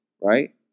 right